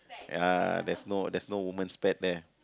ya there's no there's no woman's pad there